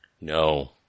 No